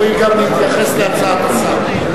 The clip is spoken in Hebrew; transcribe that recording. הוא גם יתייחס להצעת השר.